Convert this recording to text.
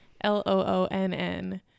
l-o-o-n-n